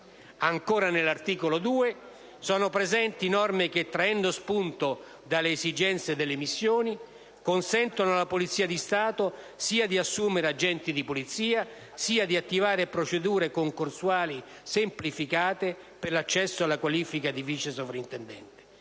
stesso articolo sono presenti norme che, traendo spunto dalle esigenze delle missioni, consentono alla Polizia di Stato sia di assumere agenti di polizia, sia di attivare procedure concorsuali semplificate per l'accesso alla qualifica di vice sovraintendente;